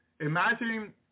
imagine